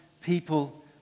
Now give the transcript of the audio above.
people